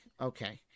Okay